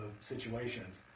situations